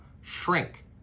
shrink